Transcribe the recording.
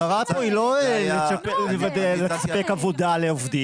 המטרה פה היא לא לספק עבודה לעובדים,